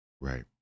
Right